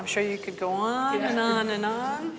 i'm sure you could go on and on and on